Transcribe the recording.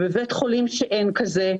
בית חולים שאין כזה,